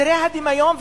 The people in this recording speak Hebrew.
תראה את הדמיון,